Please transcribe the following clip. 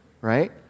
right